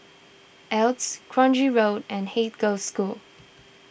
Altez Kranji Road and Haig Girls' School